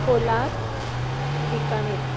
Kolar Bikaner